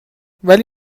ولی